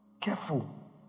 Careful